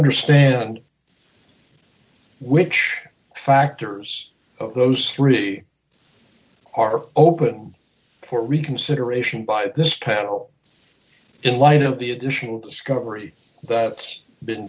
understand which factors of those three are open for reconsideration by this carol in light of the additional discovery that it's been